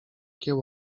kieł